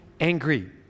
angry